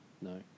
no